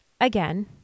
Again